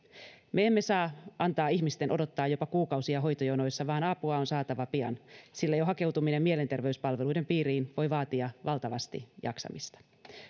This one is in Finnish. me emme saa antaa ihmisten odottaa jopa kuukausia hoitojonoissa vaan apua on saatava pian sillä jo hakeutuminen mielenterveyspalveluiden piiriin voi vaatia valtavasti jaksamista